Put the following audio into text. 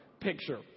picture